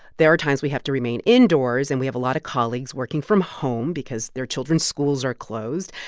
there are times we have to remain indoors. and we have a lot of colleagues working from home because their children's schools are closed.